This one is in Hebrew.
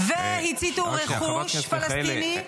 והציתו רכוש פלסטיני.